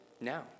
Now